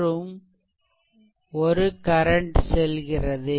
மற்றும் ஒரு கரண்ட் செல்கிறது